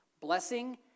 Blessing